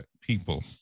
people